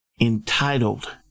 entitled